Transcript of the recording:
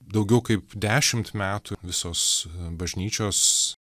daugiau kaip dešimt metų visos bažnyčios